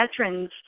veterans